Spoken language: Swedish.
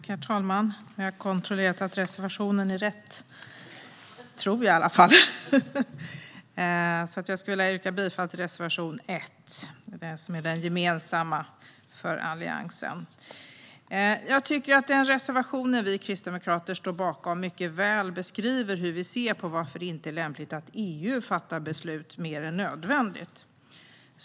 Herr talman! Jag har kontrollerat, och det är rätt reservation - tror jag i alla fall. Jag yrkar bifall till reservation 1, som är den gemensamma för Alliansen. Jag tycker att den reservation vi kristdemokrater står bakom mycket väl beskriver varför vi inte anser att det är lämpligt att EU fattar fler beslut än nödvändigt.